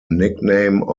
nickname